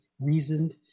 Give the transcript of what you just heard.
reasoned